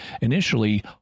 Initially